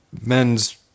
men's